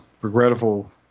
regrettable